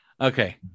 okay